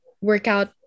workout